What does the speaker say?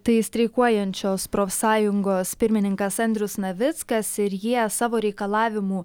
tai streikuojančios profsąjungos pirmininkas andrius navickas ir jie savo reikalavimų